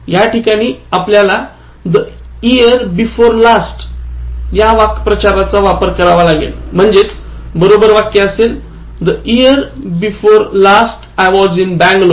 याठिकाणी आपल्याला the year before last या वाक्यप्रचाराचा वापर करावा लागेल म्हणजेच बरोबर वाक्य असेल the year before last I was in Bangalore